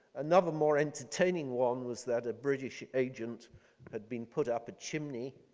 another more entertaining one was that a british agent had been put up a chimney